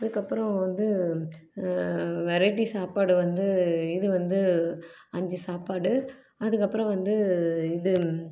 அதுக்கப்புறோம் வந்து வெரைட்டி சாப்பாடு வந்து இது வந்து அஞ்சு சாப்பாடு அதுக்கப்புறம் வந்து இது